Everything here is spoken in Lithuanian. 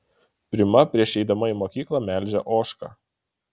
prima prieš eidama į mokyklą melžia ožką